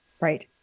Right